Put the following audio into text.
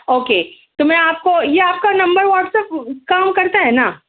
okay تو میں آپ کو یہ آپ کا نمبر واٹس اپ کام کرتا ہے نا